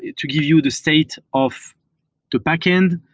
to give you the state of the backend,